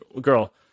girl